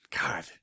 God